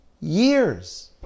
years